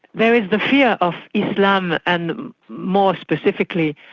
there is the fear of islam and more specifically,